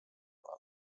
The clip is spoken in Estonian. alal